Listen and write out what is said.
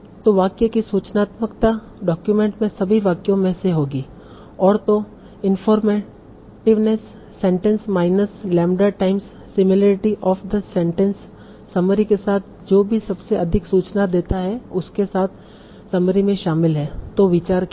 तो वाक्य की सूचनात्मकता डॉक्यूमेंट में सभी वाक्यों में से होगी और तों informativeness sentence minus lambda times similarity of the sentence summary के साथ जो भी सबसे अधिक सूचना देता है उसके साथ समरी में शामिल है तो विचार क्या है